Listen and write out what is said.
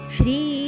Shri